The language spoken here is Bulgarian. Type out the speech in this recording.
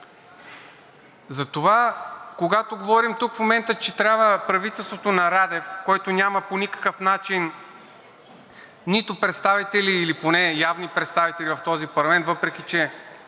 Затова, когато говорим тук в момента, че трябва правителството на Радев, който няма по никакъв начин нито представители или поне явни представители в този парламент, въпреки че